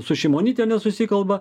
su šimonyte nesusikalba